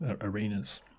arenas